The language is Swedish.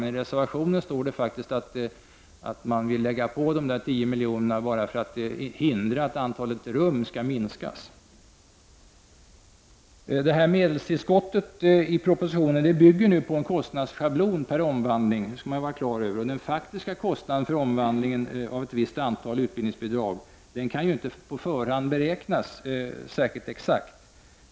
Men i reservationen står det faktiskt att man vill lägga på de 10 miljonerna för att hindra att antalet studiestödsrum minskas. Vi måste vara klara över att medelstillskottet enligt propositionen bygger på en kostnadsschablon per omvandling. Den faktiska kostnaden för omvandlingen av ett visst antal utbildningsbidrag kan inte på förhand beräknas särskilt exakt.